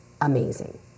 amazing